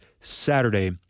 Saturday